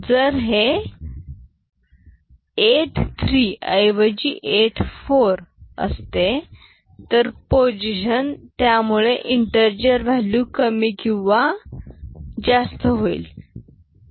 जर हे 83 ऐवजी 84 असते तर पोझिशन त्यामुळे इंटीजर व्हॅल्यू कमी किंवा जास्त होईल